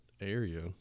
area